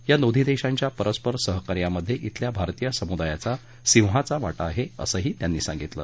या दोन्ही देशांच्या परस्पर सहकार्यामधे शिल्या भारतीय समुदायाचा सिहांचा वाटा आहे असंही त्यांनी सांगितलं